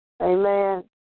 Amen